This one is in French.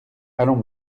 allons